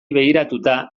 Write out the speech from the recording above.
begiratuta